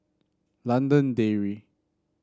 London Dairy